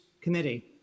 committee